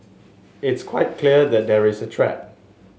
it's quite clear that there is a threat